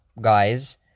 guys